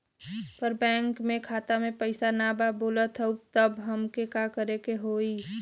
पर बैंक मे खाता मे पयीसा ना बा बोलत हउँव तब हमके का करे के होहीं?